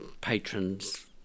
patron's